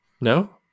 No